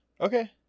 okay